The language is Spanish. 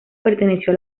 perteneció